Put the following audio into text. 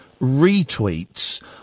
retweets